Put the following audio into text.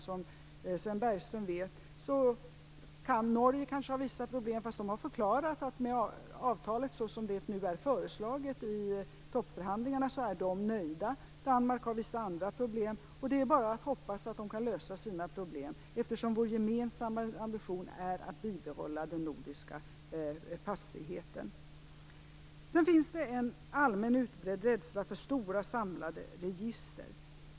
Som Sven Bergström vet kan Norge ha vissa problem, fast man har förklarat att man är nöjd med avtalet som det föreslås i toppförhandlingarna. Danmark har vissa andra problem. Det är bara att hoppas att de kan lösa sina problem, eftersom vår gemensamma ambition är att bibehålla den nordiska passfriheten. Det finns en allmän utbredd rädsla för stora samlade register.